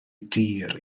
dir